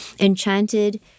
enchanted